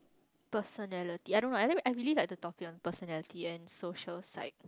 personality I don't know I I really like the topic on personality and social psych